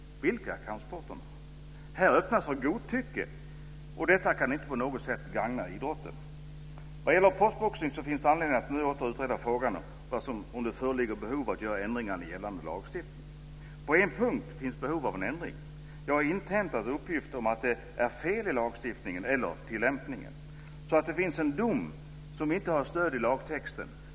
Vilka är kampsporterna? Här öppnas för godtycke, och detta kan inte på något sätt gagna idrotten. Vad gäller proffsboxning finns det anledning att nu åter utreda frågan om det föreligger behov att göra ändringar i gällande lagstiftning. På en punkt finns behov av en ändring. Jag har inhämtat uppgiften att det är fel i lagstiftningen eller tillämpningen, så att det finns en dom som inte har stöd i lagtexten.